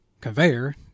conveyor